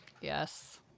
Yes